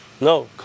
No